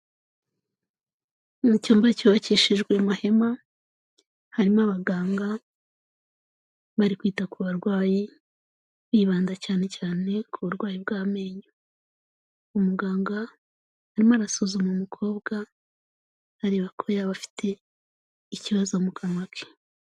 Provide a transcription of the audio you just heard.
Mu cyumba cyubakishijwe amahema, harimo abaganga bari kwita ku barwayi, bibanda cyane cyane ku burwayi bw'amenyo. Umuganga arimo arasuzuma umukobwa areba ko yaba afite ikibazo mu kanwa ke.